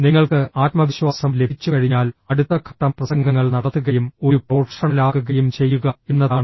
നിങ്ങൾക്ക് ആത്മവിശ്വാസം ലഭിച്ചുകഴിഞ്ഞാൽ അടുത്ത ഘട്ടം പ്രസംഗങ്ങൾ നടത്തുകയും ഒരു പ്രൊഫഷണലാകുകയും ചെയ്യുക എന്നതാണ്